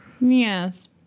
Yes